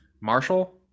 marshall